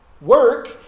Work